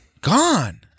Gone